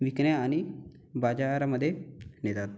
विकणे आणि बाजारमदे नेतात